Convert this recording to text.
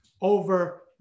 over